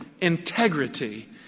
integrity